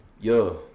yo